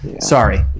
Sorry